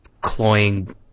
cloying